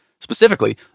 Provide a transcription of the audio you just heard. specifically